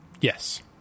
Yes